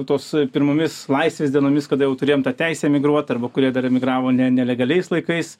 tos pirmomis laisvės dienomis kada jau turėjom tą teisę emigruot arba kurie dar emigravo ne nelegaliais laikais